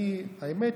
אני, האמת,